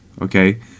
okay